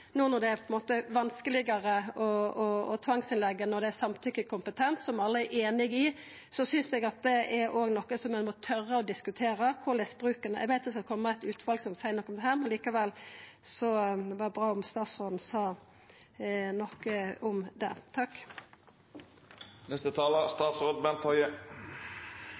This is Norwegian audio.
no når det er vanskelegare å tvangsinnleggje når ein er samtykkekompetent, noko som alle er einige i. Eg synest dette òg er noko ein må tora å diskutera. Eg veit det skal koma eit utval som seier noko om dette, men likevel ville det vera bra om statsråden sa noko om dette. Takk for en god debatt. Jeg oppfatter at det